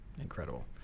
incredible